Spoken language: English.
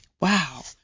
Wow